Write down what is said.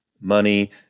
money